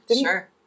Sure